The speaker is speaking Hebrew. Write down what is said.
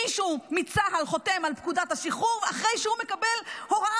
מישהו מצה"ל חותם על פקודת השחרור אחרי שהוא מקבל הוראה